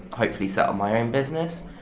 hopefully, set up my own business.